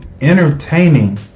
entertaining